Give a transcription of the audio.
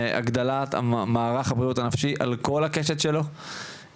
הגדלת מערך הבריאות הנפשית על כל הקשת שלו,